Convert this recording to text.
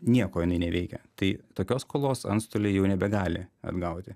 nieko ji neveikia tai tokios skolos antstoliai jau nebegali atgauti